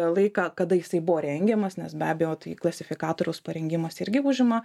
laiką kada jisai buvo rengiamas nes be abejo tai klasifikatoriaus parengimas irgi užima